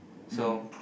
so